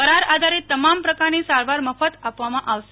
કરાર આધારિત તમામ પ્રકારની સારવાર મફત કરવામાં આવશે